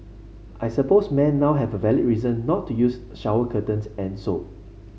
I suppose men now have a valid reason not to use shower curtains and soap